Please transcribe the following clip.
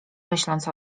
myśląc